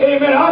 Amen